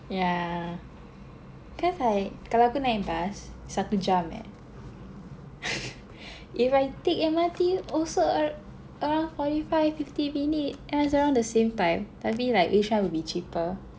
yeah cause like kalau aku naik bus satu jam eh if I take M_R_T also ar~ around forty five fifty minutes kan it's around the same time tapi like which one will be cheaper